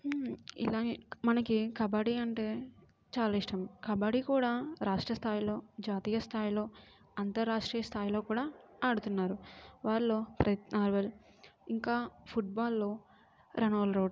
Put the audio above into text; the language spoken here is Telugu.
ఇలా మనకి కబడ్డీ అంటే చాలా ఇష్టం కబడ్డీ కూడా రాష్ట్ర స్థాయిలో జాతీయ స్థాయిలో అంతర్రాష్ట్రీయ స్థాయిలో కూడా ఆడుతున్నారు వాళ్ళు ప్రద్ నర్వల్ ఇంకా ఫుట్ట్బాల్లో రొనాల్డ్ రోల్డ్